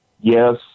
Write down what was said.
yes